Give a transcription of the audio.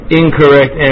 incorrect